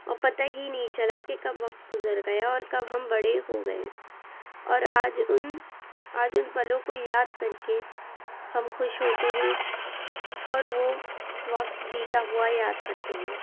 اور پتہ ہی نہیں چلا کہ کب وقت گزر گیا اور کب ہم بڑے ہو گئے اور آج ان آج ان پلوں کو یاد کر کے ہم خوش ہوتے ہیں اور وہ وقت بیتا ہوا یاد کرتے ہیں